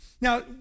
Now